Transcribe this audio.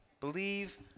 Believe